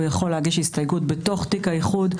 הוא יכול להגיש הסתייגות בתוך תיק האיחוד.